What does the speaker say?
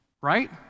right